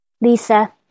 Lisa